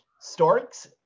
Storks